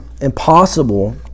impossible